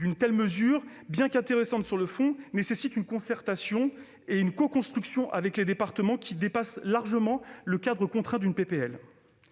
une telle mesure, bien qu'intéressante sur le fond, nécessite une concertation et une coconstruction avec les départements, ce qui dépasse largement le cadre contraint d'une